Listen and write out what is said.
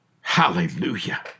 Hallelujah